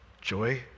joy